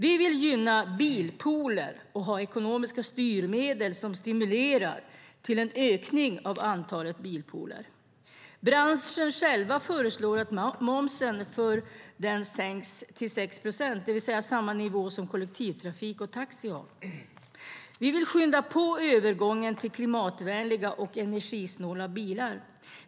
Vi vill gynna bilpooler och ha ekonomiska styrmedel som stimulerar till en ökning av antalet bilpooler. Branschen själv föreslår att momsen för den sänks till 6 procent, det vill säga samma nivå som kollektivtrafik och taxi har. Vi vill skynda på övergången till klimatvänliga och energisnåla bilar.